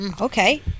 Okay